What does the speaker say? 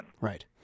Right